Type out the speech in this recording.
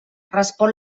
respon